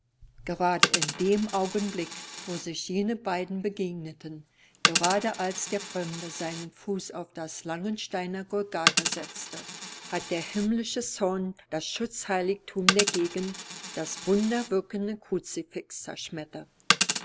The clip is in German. gerade in dem augenblick wo sich jene beiden begegneten gerade als der fremde seinen fuß auf das langensteiner golgatha setzte hat der himmlische zorn das schutzheiligtum der gegend das wunderwirkende kruzifix